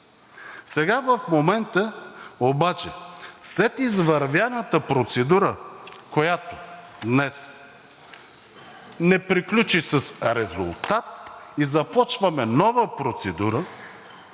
В момента обаче след извървяната процедура, която днес не приключи с резултат, и започваме нова процедура,